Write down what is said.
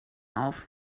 auf